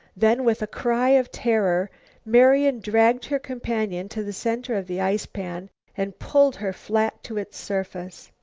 then with a cry of terror marian dragged her companion to the center of the ice-pan and pulled her flat to its surface.